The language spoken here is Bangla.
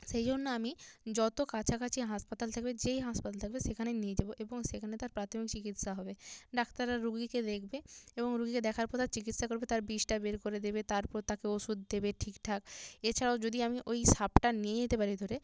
সেই জন্য আমি যত কাছাকাছি হাসপাতাল থাকবে যেই হাসপাতাল থাকবে সেখানে নিয়ে যাবো এবং সেখানে তার প্রাথমিক চিকিৎসা হবে ডাক্তাররা রুগীকে দেখবে এবং রুগীকে দেখার পর তার চিকিৎসা করবে তার বিষটা বের করে দেবে তারপর তাকে ওষুধ দেবে ঠিকঠাক এছাড়াও যদি আমি ওই সাপটা নিয়ে যেতে পারি ধরে